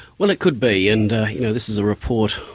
well, it could be, and yeah this is a report,